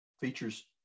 features